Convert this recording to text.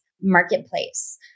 marketplace